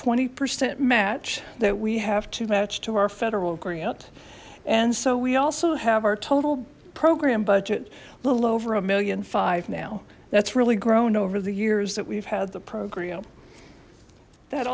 twenty percent match that we have to match to our federal grant and so we also have our total program budget a little over a million five now that's really grown over the years that we've had the program that